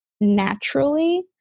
naturally